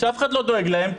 שאף אחד לא דואג להם.